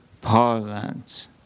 parlance